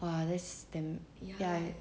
!wah! that's damm like